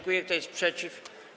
Kto jest przeciw?